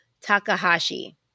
Takahashi